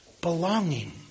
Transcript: belonging